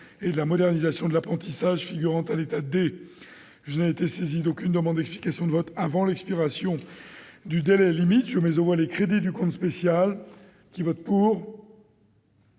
et de la modernisation de l'apprentissage », figurant à l'état D. Je n'ai été saisi d'aucune demande d'explication de vote avant l'expiration du délai limite. Je mets aux voix ces crédits. Nous avons